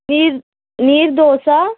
ನೀರು ನೀರು ದೋಸಾ